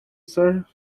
sir